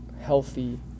healthy